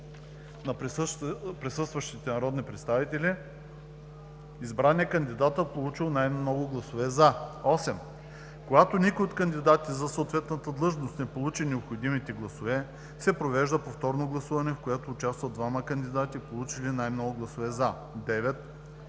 на присъстващите народни представители, избран е кандидатът, получил най-много гласове „за“. 8. Когато никой от кандидатите за съответната длъжност не получи необходимите гласове, се провежда повторно гласуване, в което участват двамата кандидати, получили най-много гласове „за“. 9.